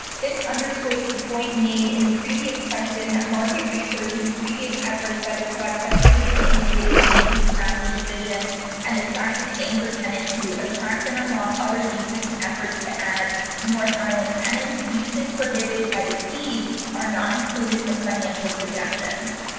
this underscores the point made, in the previous question, that market research and previous efforts, by the trust have clearly indicated the need to establish a vision and attract an anchor tenant to attract and unlock other uses and efforts to add north island tenants uses prohibited by the deed are not included in the financial projections.